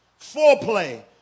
foreplay